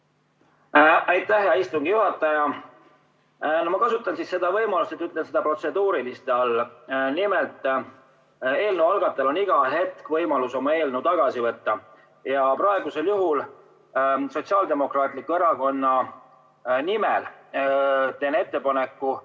hea istungi juhataja! Ma kasutan võimalust ja ütlen seda protseduuriliste all. Nimelt, eelnõu algatajal on iga hetk võimalus oma eelnõu tagasi võtta. Ja praegusel juhul Sotsiaaldemokraatliku Erakonna nimel teen ettepaneku